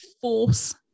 force